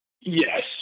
Yes